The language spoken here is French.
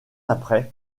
après